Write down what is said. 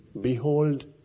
behold